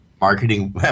marketing